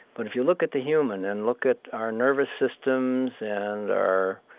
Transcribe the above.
but if you look at the human and look at our nervous systems and our,